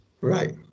Right